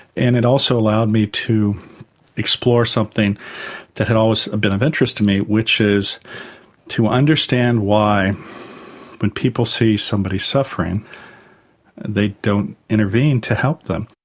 and it also allowed me to explore something that had always been of interest to me which is to understand why when people see somebody suffering they don't intervene to help them.